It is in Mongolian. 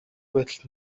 байтал